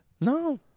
No